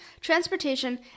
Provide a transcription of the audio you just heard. transportation